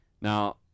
Now